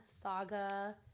saga